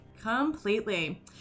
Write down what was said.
completely